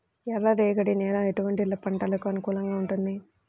ఎర్ర రేగడి నేల ఎటువంటి పంటలకు అనుకూలంగా ఉంటుంది?